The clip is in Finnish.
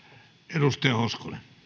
arvoisa